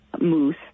moose